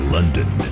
London